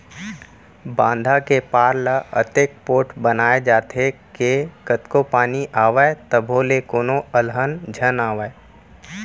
बांधा के पार ल अतेक पोठ बनाए जाथे के कतको पानी आवय तभो ले कोनो अलहन झन आवय